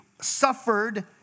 suffered